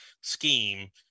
scheme